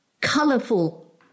colourful